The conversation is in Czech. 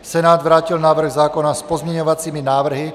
Senát vrátil návrh zákona s pozměňovacími návrhy.